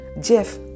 Jeff